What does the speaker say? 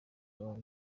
bagore